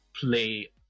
play